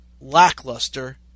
lackluster